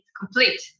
complete